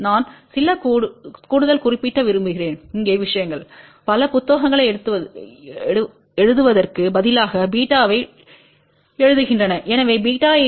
நான் சில கூடுதல் குறிப்பிட விரும்புகிறேன் இங்கே விஷயங்கள்பல புத்தகங்களை எழுதுவதற்கு பதிலாகβஅவை எழுதுகின்றன